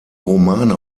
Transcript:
romane